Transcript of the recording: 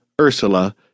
Ursula